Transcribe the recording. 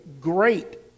great